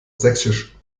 sächsisch